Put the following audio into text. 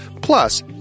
Plus